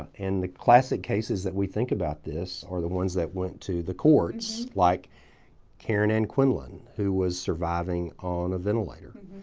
and the classic cases that we think about this are the ones that went to the courts like karen ann quinlan who was surviving on a ventilator.